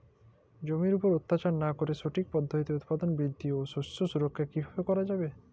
জমির উপর অত্যাচার না করে সঠিক পদ্ধতিতে উৎপাদন বৃদ্ধি ও শস্য সুরক্ষা কীভাবে করা যাবে?